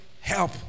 help